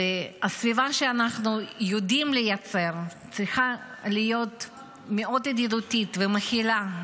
והסביבה שאנחנו יודעים לייצר צריכה להיות מאוד ידידותית ומכילה.